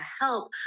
help